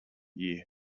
year